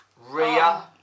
Ria